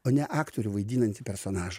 o ne aktorių vaidinantį personažą